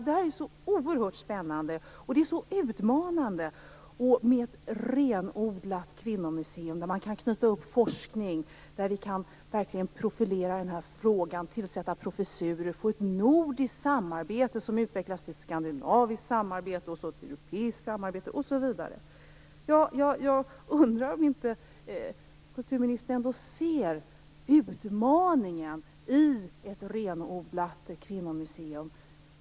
Det är oerhört spännande, och det är så utmanande med ett renodlat kvinnomuseum, dit man kan knyta forskning. Där skulle vi verkligen kunna profilera den här frågan och tillsätta professurer. Vi skulle kunna få ett nordiskt samarbete som utvecklas till ett skandinaviskt samarbete, ett europeiskt samarbete osv. Jag undrar om inte kulturministern ändå ser utmaningen i ett renodlat kvinnomuseum.